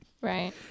right